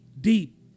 deep